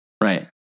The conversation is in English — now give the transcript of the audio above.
Right